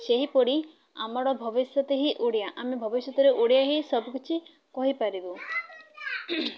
ସେହିପରି ଆମର ଭବିଷ୍ୟତ ହିଁ ଓଡ଼ିଆ ଆମେ ଭବିଷ୍ୟତରେ ଓଡ଼ିଆ ହିଁ ସବୁକିଛି କହିପାରିବୁ